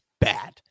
bad